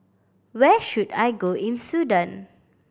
where should I go in Sudan